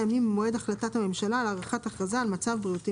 ימים ממועד החלטת הממשלה על הארכת הכרזה על מצב בריאותי